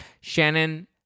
Shannon